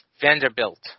Vanderbilt